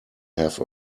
have